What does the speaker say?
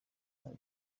wawe